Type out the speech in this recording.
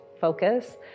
focus